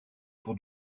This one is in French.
pour